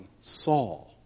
Saul